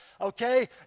okay